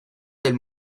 del